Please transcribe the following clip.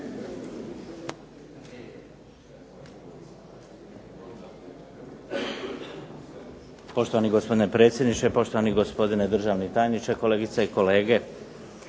Poštovani gospodine predsjedniče, poštovani gospodine državni tajniče, kolegice i kolege.